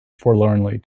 forlornly